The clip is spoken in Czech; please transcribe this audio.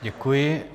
Děkuji.